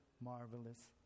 marvelous